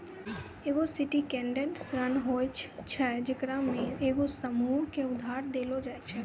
एगो सिंडिकेटेड ऋण उ होय छै जेकरा मे एगो समूहो के उधार देलो जाय छै